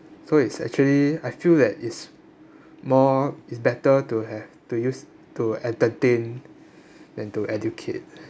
so it's actually I feel that is more is better to have to use to entertain than to educate